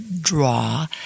draw